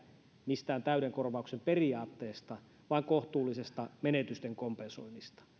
mistään täyden korvauksen periaatteesta vaan kohtuullisesta menetysten kompensoinnista